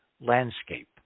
landscape